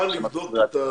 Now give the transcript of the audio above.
אתה מוכן לבדוק את ה